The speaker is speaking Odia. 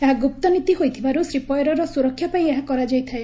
ଏହା ଗୁପ୍ତନୀତି ହୋଇଥିବାରୁ ଶ୍ରୀପୟରର ସୁରକ୍ଷା ପାଇଁ ଏହା କରାଯାଇଥାଏ